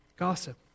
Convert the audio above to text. Gossip